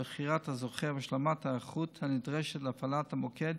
בחירת הזוכה והשלמת ההיערכות הנדרשת להפעלת המוקד